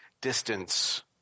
distance